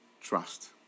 trust